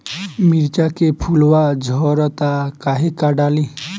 मिरचा के फुलवा झड़ता काहे का डाली?